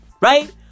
right